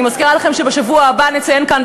אני מזכירה לכם שבשבוע הבא נציין כאן,